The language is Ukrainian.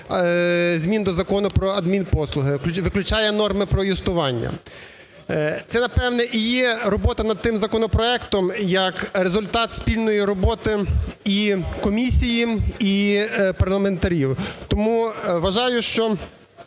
змін до Закону про адмінпослуги, виключає норми про юстування. Це, напевне, і є робота над тим законопроектом як результат спільної роботи і комісії, і парламентарів. Тому вважаю, що